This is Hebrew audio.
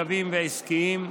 מתוקצבים ועסקיים,